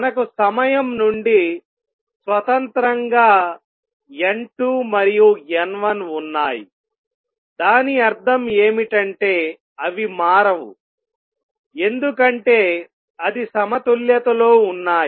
మనకు సమయం నుండి స్వతంత్రంగా N2 మరియు N1 ఉన్నాయి దాని అర్థం ఏమిటంటే అవి మారవు ఎందుకంటే అది సమతుల్యతలో ఉన్నాయి